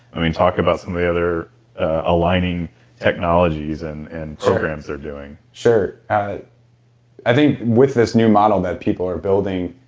i mean talk about some of the other aligning technologies and and programs they're doing sure i think with this new model that people are building,